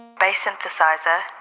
bass synthesizer,